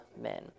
men